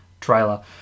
trailer